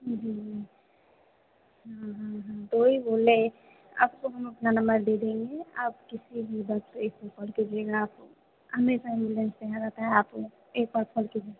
हूं हूं हूं हूं हूं हूं तो वही बोले आपको हम अपना नंबर दे देंगे आप किसी भी वक्त इस पर कॉल कीजिएगा आप हमेशा एंबुलेंस यहाँ रहता है आप एक बार कॉल कीजिए